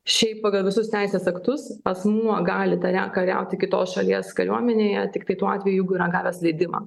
šiaip pagal visus teisės aktus asmuo gali kare kariauti kitos šalies kariuomenėje tiktai tuo atveju jeigu yra gavęs leidimą